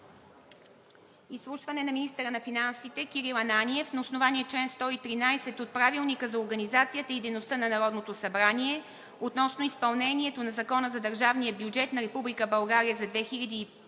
Изслушване на министъра на финансите Кирил Ананиев на основание чл. 113 от Правилника за организацията и дейността на Народното събрание относно изпълнението на Закона за държавния бюджет на Република